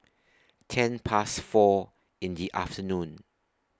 ten Past four in The afternoon